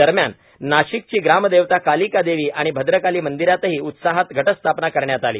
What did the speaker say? दरम्यान नाशिकची ग्राम देवता कालिका देवी आणि भद्रकाली मंदिरातही उत्साहात घट स्थापना करण्यात आली